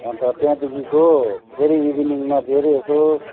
अन्त त्यहाँदेखिको फेरि इभिनिङमा फेरि यसो